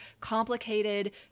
complicated